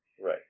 right